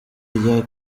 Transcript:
rya